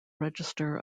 register